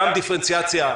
גם דיפרנציאציה